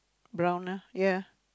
brown ah ya